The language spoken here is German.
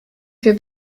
für